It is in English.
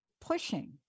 pushing